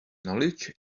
knowledge